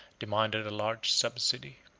demanded a large subsidy,